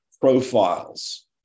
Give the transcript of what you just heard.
profiles